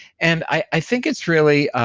and i think it's really